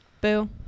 Boo